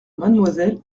mademoiselle